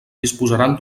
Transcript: disposaran